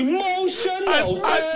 Emotional